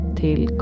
till